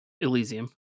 Elysium